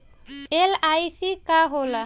LIC का होला?